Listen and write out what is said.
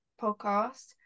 podcast